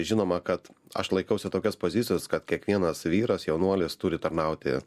žinoma kad aš laikausi tokios pozicijos kad kiekvienas vyras jaunuolis turi tarnauti